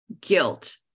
guilt